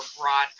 broad